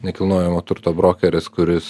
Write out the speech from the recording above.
nekilnojamo turto brokeris kuris